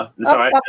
Sorry